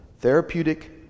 therapeutic